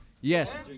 Yes